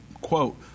quote